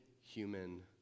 human